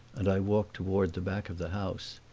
and i walked toward the back of the house.